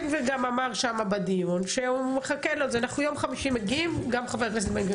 נגיע יחד עם חבר הכנסת בן גביר